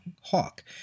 Hawk